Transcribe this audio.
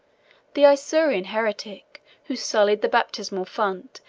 the isaurian heretic, who sullied the baptismal font,